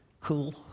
cool